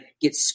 get